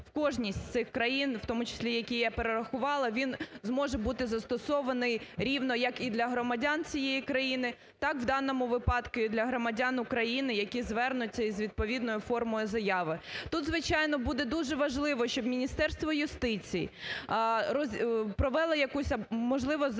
кожній з цих країн, в тому числі які я перерахували, він зможе бути застосований рівно як і для громадян цієї країни, так в даному випадку і для громадян України, які звернуться із відповідною формою заяви. Тут, звичайно, буде дуже важливо, щоб Міністерство юстиції провело якусь, можливо, за